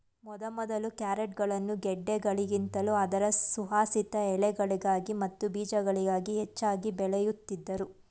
ಮೊದಮೊದಲು ಕ್ಯಾರೆಟ್ಗಳನ್ನು ಗೆಡ್ಡೆಗಳಿಗಿಂತಲೂ ಅದರ ಸುವಾಸಿತ ಎಲೆಗಳಿಗಾಗಿ ಮತ್ತು ಬೀಜಗಳಿಗಾಗಿ ಹೆಚ್ಚಾಗಿ ಬೆಳೆಯುತ್ತಿದ್ದರು